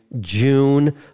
June